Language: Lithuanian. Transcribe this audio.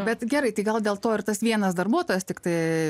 bet gerai tai gal dėl to ir tas vienas darbuotojas tiktai